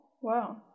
wow